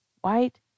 white